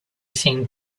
seemed